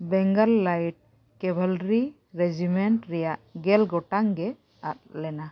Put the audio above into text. Bengal light cavalry regiment ᱨᱮᱭᱟᱜ ᱜᱮᱞ ᱜᱚᱴᱟᱝ ᱜᱮ ᱟᱫ ᱞᱮᱱᱟ